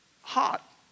hot